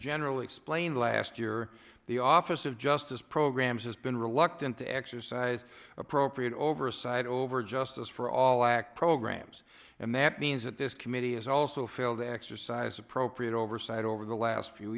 general explained last year the office of justice programs has been reluctant to exercise appropriate oversight over justice for all act programs and that means that this committee has also failed to exercise appropriate oversight over the last few